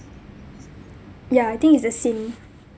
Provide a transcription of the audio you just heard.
ya I think it's a scene